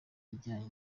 ijyanye